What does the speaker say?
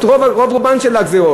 את הרוב הגדול של הגזירות.